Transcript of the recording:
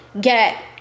get